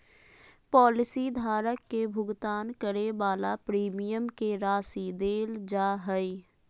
policy धारक के भुगतान करे वाला प्रीमियम के राशि देल जा हइ